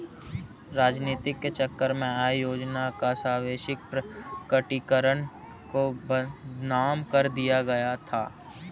राजनीति के चक्कर में आय योजना का स्वैच्छिक प्रकटीकरण को बदनाम कर दिया गया था